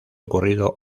ocurrido